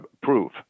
prove